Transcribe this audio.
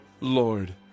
Lord